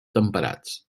temperats